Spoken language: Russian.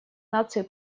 наций